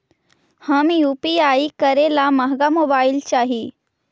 हम यु.पी.आई करे ला महंगा मोबाईल चाही?